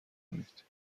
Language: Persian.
کنید